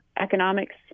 economics